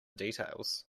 details